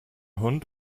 hund